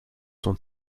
son